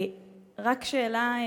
רק שאלה: